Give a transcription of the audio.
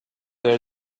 there